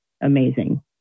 Amazing